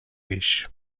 guix